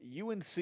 UNC